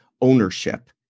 ownership